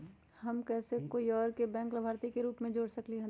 हम कैसे कोई और के बैंक लाभार्थी के रूप में जोर सकली ह?